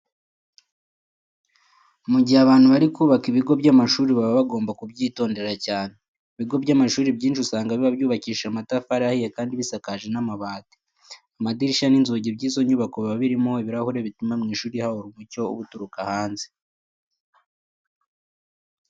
Mu gihe abantu bari kubaka ibigo by'amashuri baba bagomba kubyitondera cyane. Ibigo by'amashuri byinshi usanga biba byubakishije amatafari ahiye kandi bisakaje n'amabati. Amadirishya n'inzugi by'izo nyubako biba birimo ibirahure bituma mu ishuri hahora umucyo uba uturuka hanze.